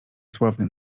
sławny